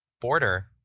border